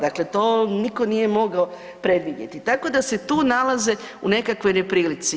Dakle, to nitko nije mogao predvidjeti, tako da se tu nalaze u nekakvoj neprilici.